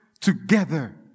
together